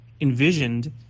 envisioned